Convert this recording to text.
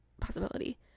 possibility